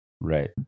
Right